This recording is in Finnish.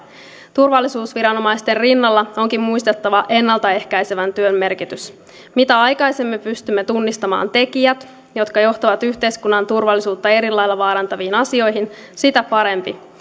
turvallisuusviranomaisten rinnalla onkin muistettava ennalta ehkäisevän työn merkitys mitä aikaisemmin pystymme tunnistamaan tekijät jotka johtavat yhteiskunnan turvallisuutta eri lailla vaarantaviin asioihin sitä parempi